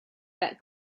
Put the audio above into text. that